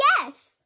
yes